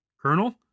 Colonel